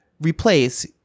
replace